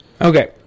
Okay